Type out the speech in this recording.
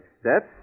steps